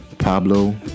pablo